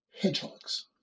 hedgehogs